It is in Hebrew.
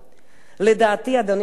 לדעתי, אדוני היושב-ראש,